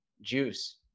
juice